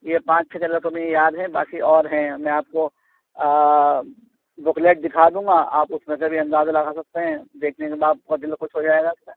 یہ پانچ چھ کلر تو مجھے یاد ہیں باقی اور ہیں میں آپ کو بکلیکٹ دکھا دوں گا آپ اس میں بھی اندازہ لگا سکتے ہیں دیکھنے کے بعد اور دل خوش ہو جائے گا